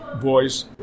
boys